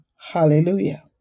Hallelujah